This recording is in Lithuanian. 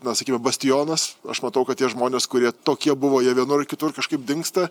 na sakykime bastionas aš matau kad tie žmonės kurie tokie buvo jie vienur ar kitur kažkaip dingsta